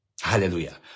Hallelujah